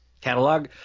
catalog